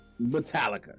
Metallica